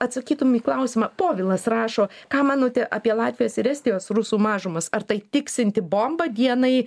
atsakytum į klausimą povilas rašo ką manote apie latvijos ir estijos rusų mažumas ar tai tiksinti bomba dienai